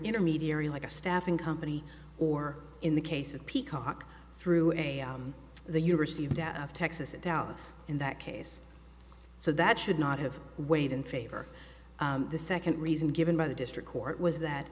intermediary like a staffing company or in the case of peacock through the university of texas at dallas in that case so that should not have weighed in favor the second reason given by the district court was that